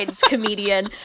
comedian